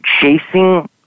chasing